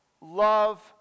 love